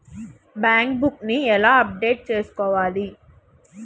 Bank book నీ ఎలా update చేసుకోవాలి?